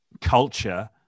culture